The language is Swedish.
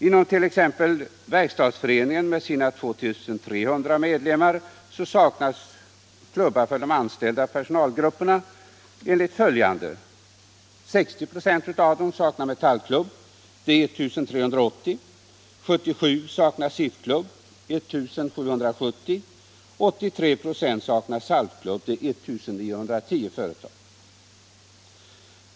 Inom 1. ex. Verkstadsföreningen med dess 2 300 medlemmar saknas klubbar för de anställda enligt följande: 60 ". av dem saknar Metallklubb, dvs. 1 380 företag: 77 "a saknar SIF-klubb — 1 770 företag: 83 ”. saknar SALF-klubb — 1 910 företag.